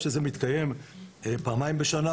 זה מתקיים פעמיים בשנה,